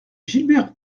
gilbert